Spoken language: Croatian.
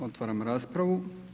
Otvaram raspravu.